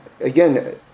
again